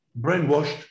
brainwashed